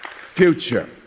future